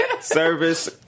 service